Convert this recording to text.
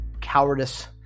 cowardice